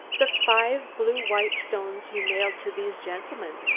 the five blue-white stones you mailed to these gentlemen,